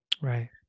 Right